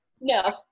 no